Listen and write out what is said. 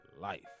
life